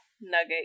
nugget